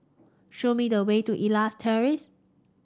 show me the way to Elias Terrace